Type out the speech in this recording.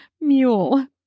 mule